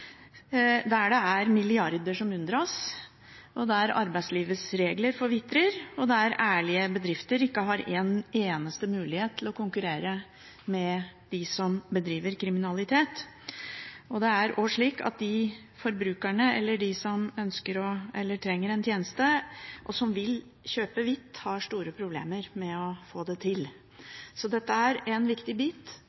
der det er milliarder som unndras, der arbeidslivets regler forvitrer, og der ærlige bedrifter ikke har en eneste mulighet til å konkurrere med dem som bedriver kriminalitet. Det er også slik at forbrukerne, eller de som trenger en tjeneste, og som vil kjøpe «hvitt», har store problemer med å få det til. Så dette er en viktig bit,